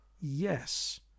yes